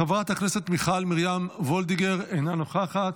חברת הכנסת מיכל מרים וולדיגר, אינה נוכחת,